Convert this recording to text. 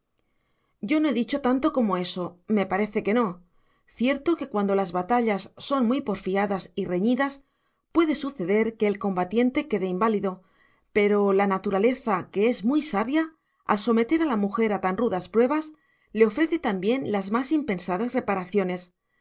yo no he dicho tanto como eso me parece que no cierto que cuando las batallas son muy porfiadas y reñidas puede suceder que el combatiente quede inválido pero la naturaleza que es muy sabia al someter a la mujer a tan rudas pruebas le ofrece también las más impensadas reparaciones